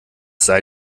sei